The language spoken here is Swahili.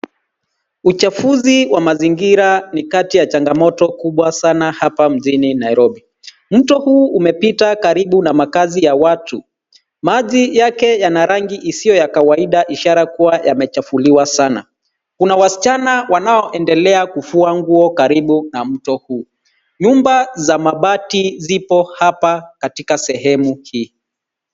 Uchafuzi wa mazingira ni kati ya changamoto kubwa sana hapa mjini Nairobi. Mto huu umepita karibu na makazi ya watu. Maji yake yana rangi isiyo ya kawaida ishara kuwa yamechafuliwa sana. Kuna wasichana wanaoendelea kufua nguo karibu na mto huu. Nyumba za mabati zipo hapa katika sehemu hii.